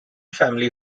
family